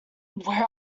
where